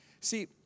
See